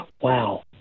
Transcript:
wow